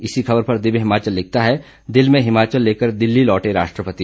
इसी खबर पर दिव्य हिमाचल लिखता है दिल में हिमाचल लेकर दिल्ली लौटे राष्ट्रपति